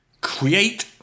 Create